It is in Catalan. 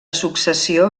successió